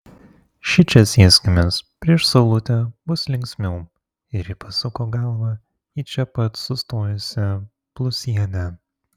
šičia sėskimės prieš saulutę bus linksmiau ir ji pasuko galvą į čia pat sustojusią blusienę